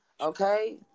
okay